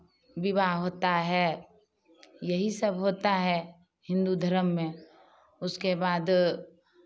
विवाह होता है यही सब होता है हिन्दू धर्म में उसके बाद